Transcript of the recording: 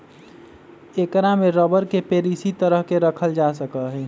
ऐकरा में रबर के पेड़ इसी तरह के रखल जा सका हई